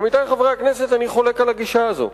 עמיתי חברי הכנסת, אני חולק על הגישה הזאת.